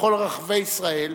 ובכל רחבי ישראל,